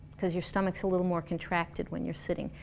cause your stomach's a little more contracted when you're sitting.